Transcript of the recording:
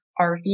RV